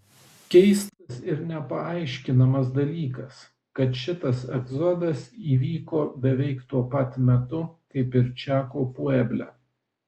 keistas ir nepaaiškinamas dalykas kad šitas egzodas įvyko beveik tuo pat metu kaip ir čako pueble